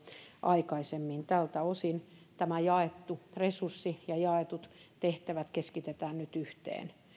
aikaisemmin tältä osin nämä jaetut resurssit ja jaetut tehtävät keskitetään nyt yhteen